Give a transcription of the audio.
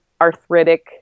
arthritic